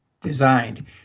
designed